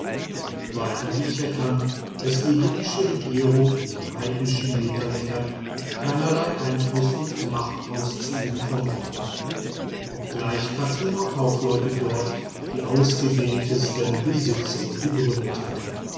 bald hatte ich erkannt daß die ägyptische regierung in den heidnischen negerländern keinerlei einfluß und macht auszuüben vermochte obgleich chartumer kaufleute dort die ausgedehntesten besitzungen gegründet hatten